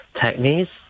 techniques